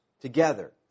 together